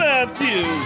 Matthew